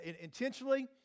intentionally